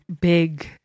big